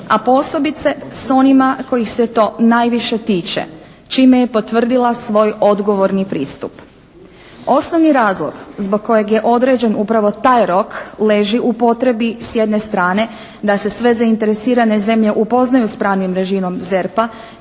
a posebice s onima kojih se to najviše tiče, čime je potvrdila svoj odgovorni pristup. Osnovni razlog zbog kojeg je određen upravo taj rok, leži u potrebi s jedne strane da se sve zainteresirane zemlje upoznaju s pravnim režimom ZERP-a